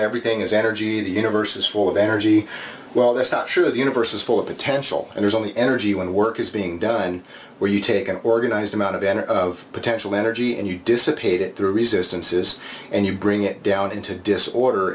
everything is energy the universe is full of energy well that's not sure the universe is full of potential and there's only energy when work is being done where you take an organized amount of energy of potential energy and you dissipate it through resistances and you bring it down into disorder